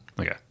Okay